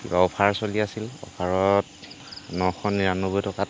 কিবা অফাৰ চলি আছিল অফাৰত নশ নিৰান্নব্বৈ টকাত